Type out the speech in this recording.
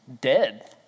dead